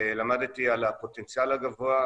למדתי על הפוטנציאל הגבוה,